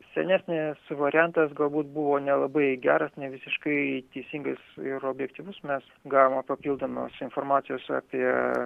senesnis variantas galbūt buvo nelabai geras nevisiškai teisingas ir objektyvus mes gavome papildomos informacijos apie